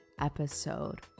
episode